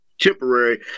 temporary